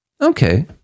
Okay